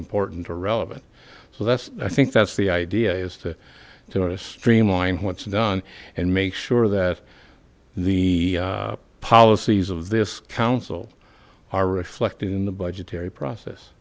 important or relevant so that's i think that's the idea is to sort of streamline what's done and make sure that the policies of this council are reflected in the budgetary process